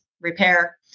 repair